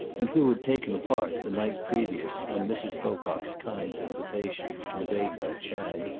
and who had taken part, the night previous, on mrs. pocock's kind invitation, conveyed by chad,